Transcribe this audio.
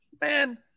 man